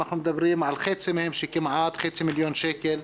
אנחנו מדברים על חצי מהם שהמחזור העסקי שלהם הוא כחצי מיליון שקל.